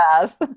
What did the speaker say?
Yes